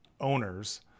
owners